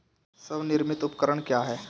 स्वनिर्मित उपकरण क्या है?